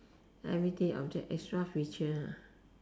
everyday object extra feature lah